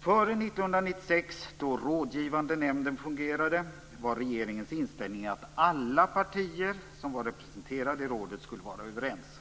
Före 1996, då rådgivande nämnden fungerade, var regeringens inställning att alla partier som var representerade i rådet skulle vara överens.